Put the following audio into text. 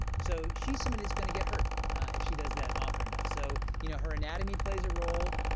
so she's somebody who's going to get hurt if she does that often enough. so you know her anatomy plays a role.